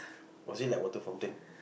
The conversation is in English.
was it like water fountain